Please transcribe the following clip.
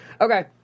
Okay